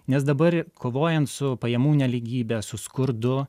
nes dabar kovojant su pajamų nelygybe su skurdu